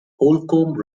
holcombe